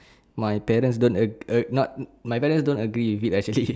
my parents don't ag~ ag~ not my parents don't agree with it actually